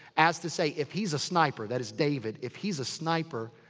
as to say, if he's a sniper. that is, david. if he's a sniper,